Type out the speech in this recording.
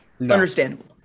Understandable